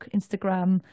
Instagram